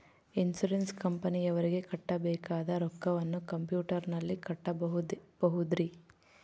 Insurance ಕಂಪನಿಯವರಿಗೆ ಕಟ್ಟಬೇಕಾದ ರೊಕ್ಕವನ್ನು ಕಂಪ್ಯೂಟರನಲ್ಲಿ ಕಟ್ಟಬಹುದ್ರಿ?